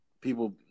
people